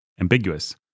ambiguous